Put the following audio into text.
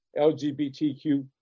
LGBTQ